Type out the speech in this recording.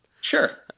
Sure